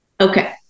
Okay